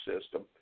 system